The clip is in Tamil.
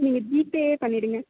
நீங்கள் ஜிபேயே பண்ணிவிடுங்க